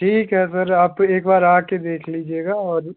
ठीक है सर आप एक बार आ कर देख लीजिएगा और